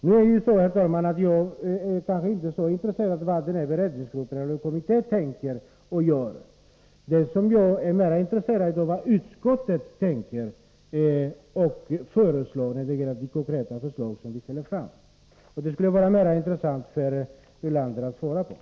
Nu är jag, herr talman, kanske inte så intresserad av hur den här arbetsrättskommittén tänker och vad den gör. Jag är mer intresserad av vad utskottet tänker och föreslår med anledning av våra konkreta förslag. Kan Lars Ulander ge besked på den punkten?